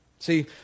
See